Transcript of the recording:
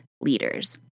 leaders